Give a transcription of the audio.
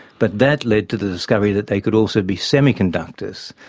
but that led to the discovery that they could also be semiconductors,